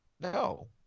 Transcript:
no